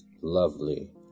Lovely